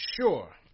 sure